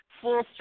full